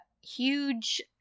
huge